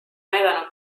näidanud